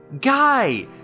Guy